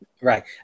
Right